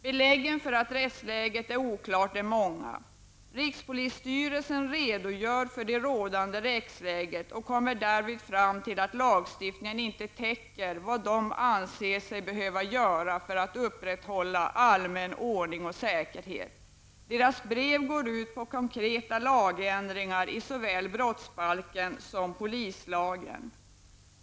Beläggen för att rättsläget är oklart är många. Rikspolisstyrelsen redogör för det rådande rättsläget och kommer därvid fram till att lagstiftningen inte täcker vad de anser sig behöva göra för att upprätthålla allmän ordning och säkerhet. Deras brev går ut på konkretat lagändringar i såväl brottsbalken som polislagen.